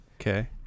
Okay